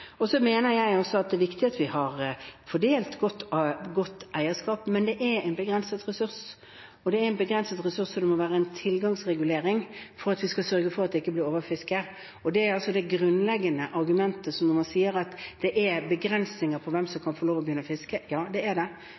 mener også at det er viktig at vi har fordelt godt eierskap. Men dette er en begrenset ressurs, så det må være en tilgangsregulering for å sørge for at det ikke blir overfiske. Det er altså det grunnleggende argumentet. Når man sier at det er begrensninger for hvem som kan få begynne å fiske, så er det det, for det er en begrenset ressurs. Man må faktisk ha kvoter og tilrettelegging for kvotesystemet. Så er spørsmålet hvilke fordelingsmekanismer man har i det